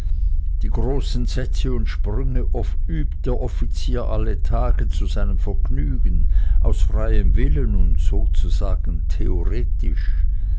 die großen sätze und sprünge übt der offizier alle tage zu seinem vergnügen aus freiem willen und sozusagen theoretisch